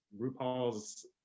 RuPaul's